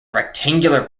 rectangular